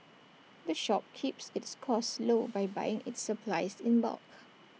the shop keeps its costs low by buying its supplies in bulk